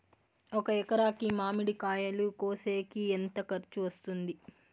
ఒక ఎకరాకి మామిడి కాయలు కోసేకి ఎంత ఖర్చు వస్తుంది?